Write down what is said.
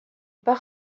pas